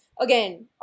again